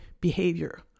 behavior